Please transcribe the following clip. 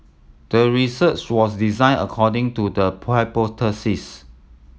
the research was designed according to the hypothesis